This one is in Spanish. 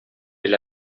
del